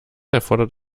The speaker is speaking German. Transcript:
erfordert